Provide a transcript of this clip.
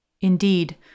Indeed